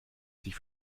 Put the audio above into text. sich